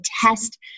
test